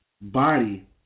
body